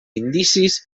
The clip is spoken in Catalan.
indicis